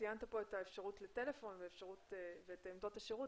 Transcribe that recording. ציינת פה את האפשרות לטלפון ואת עמדות השירות,